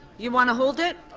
you want to hold it?